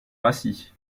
rassis